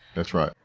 that's right.